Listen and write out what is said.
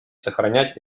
сохранять